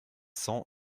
cents